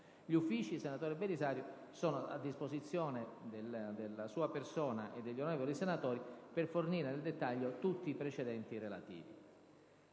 Gli Uffici, senatore Belisario, sono a disposizione della sua persona e degli onorevoli senatori per fornire nel dettaglio tutti i precedenti relativi.